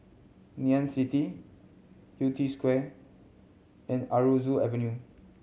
Ngee Ann City Yew Tee Square and Aroozoo Avenue